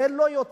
אין לו סבלנות